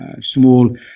small